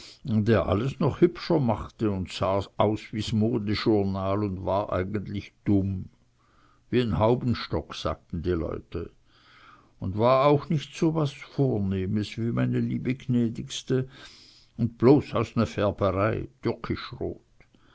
der alles noch hübscher machte und sah aus wie's modejournal und war eijentlich dumm wie'n haubenstock sagten die leute un war auch nich so was vornehmes wie meine liebe jnädigste un bloß aus ne